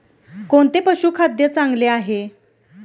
कोणते पशुखाद्य चांगले आहे?